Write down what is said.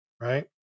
right